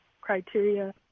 criteria